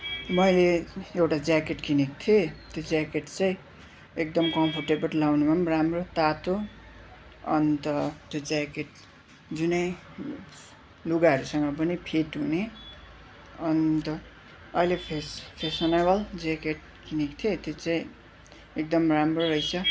मैले एउटा ज्याकेट किनेको थिएँ त्यो ज्याकेट चाहिँ एकदम कम्फोर्टेबल लगाउनमा पनि राम्रो तातो अन्त त्यो ज्याकेट जुनै लुगाहरूसँग पनि फिट हुने अन्त अहिले फेस फेसनेबल ज्याकेट किनेको थिएँ त्यो चाहिँ एकदम राम्रो रहेछ